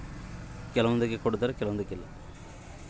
ಸರ್ಕಾರದ ಬಹಳಷ್ಟು ಸ್ಕೇಮುಗಳಿಗೆ ಸೇರಲು ಐ.ಡಿ ಕಾರ್ಡ್ ಕೊಡುತ್ತಾರೇನ್ರಿ?